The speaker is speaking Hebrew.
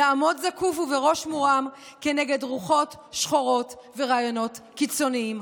נעמוד זקוף ובראש מורם כנגד רוחות שחורות ורעיונות קיצוניים.